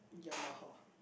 Yamaha